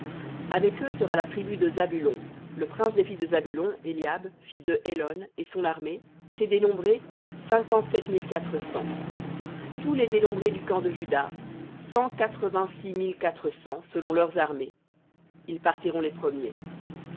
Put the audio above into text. sera la tribu de zabulon le prince des fils de zabulon éliab fils de hélon et son armée et ses dénombrés cinquante-sept mille quatre cents tous les dénombrés du camp de juda cent quatre-vingt-six mille quatre cents selon leurs armées ils partiront les premiers